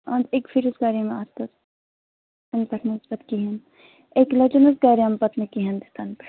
اَہَن اکہِ پھِرِ حظ کَرے مےٚ اَتھ پَتہٕ تَمہِ پَتہٕ نہَ حظ پَتہٕ کِہیٖنٛۍ اکہِ لٹہِ حظ کریَم پَتہٕ نہَ کِہیٖنٛۍ تَنہٕ پیٚٹھ